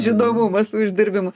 žinomumas su uždirbimu